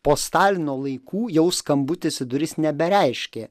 po stalino laikų jau skambutis į duris nebereiškė